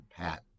pat